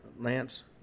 Lance